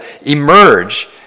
emerge